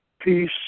peace